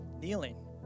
Kneeling